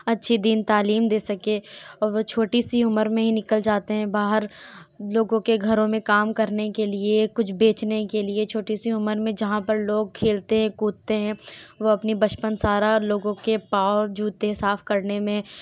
اچھی دینی تعلیم دے سکیں وہ چھوٹی سی عمر میں ہی نکل جاتے ہیں باہر لوگوں کے گھروں میں کام کرنے کے لیے کچھ بیچنے کے لیے چھوٹی سی عمر میں جہاں پر لوگ کھیلتے ہیں کودتے ہیں وہ اپنی بچپن سارا لوگوں کے پاؤں جوتے صاف کرنے میں